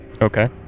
Okay